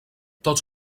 tots